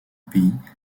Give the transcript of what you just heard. pays